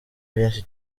byinshi